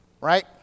right